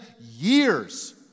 years